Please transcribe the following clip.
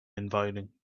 inviting